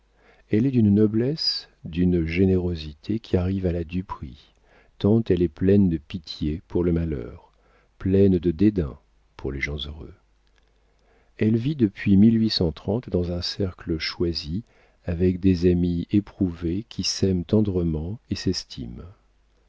elle est d'une noblesse d'une générosité qui arrive à la duperie tant elle est pleine de pitié pour le malheur pleine de dédain pour les gens heureux elle vit depuis dans un cercle choisi avec des amis éprouvés qui s'aiment tendrement et s'estiment